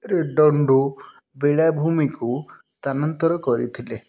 Redondo ବେଳାଭୂମିକୁ ସ୍ଥାନାନ୍ତର କରିଥିଲେ